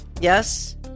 Yes